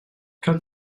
come